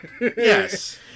Yes